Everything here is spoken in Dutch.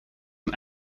een